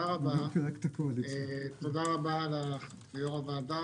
תודה רבה ליושב-ראש הוועדה,